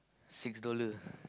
six dollar